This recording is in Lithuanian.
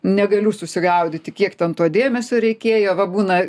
negaliu susigaudyti kiek ten to dėmesio reikėjo va būna